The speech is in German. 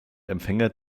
empfänger